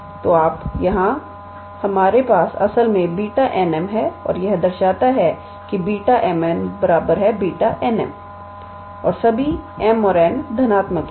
तो यहाँ हमारे पास असल में Β𝑛 𝑚 है और यह दर्शाता है कि Β𝑚 𝑛 Β𝑛 𝑚 सभी m और n धनात्मक के लिए